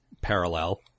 parallel